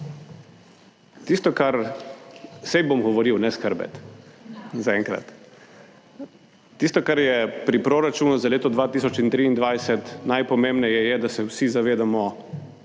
tisto kar - saj bom govoril ne skrbeti zaenkrat - tisto, kar je pri proračunu za leto 2023, najpomembneje je, da se vsi zavedamo